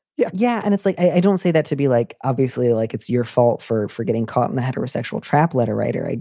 yeah, yeah. and it's like i don't see that to be like obviously like it's your fault for for getting caught in the heterosexual trap letter writer.